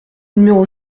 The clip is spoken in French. numéro